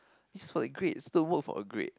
it's for a grades the work for a grade